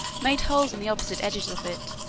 made holes in the opposite edges of it,